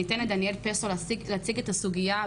אני אתן לדניאל פסו להציג את הסוגיה.